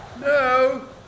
No